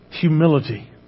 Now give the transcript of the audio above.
humility